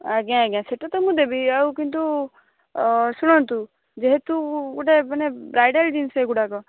ଆଜ୍ଞା ଆଜ୍ଞା ସେଇଟା ତ ମୁଁ ଦେବି ଆଉ କିନ୍ତୁ ଶୁଣନ୍ତୁ ଯେହେତୁ ଗୋଟେ ମାନେ ବ୍ରାଇଡ଼ାଲ୍ ଜିନିଷ ଏଗୁଡ଼ାକ